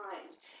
times